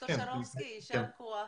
דוקטור שרובסקי, יישר כוח.